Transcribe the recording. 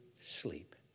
sleep